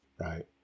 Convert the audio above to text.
Right